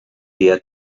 dia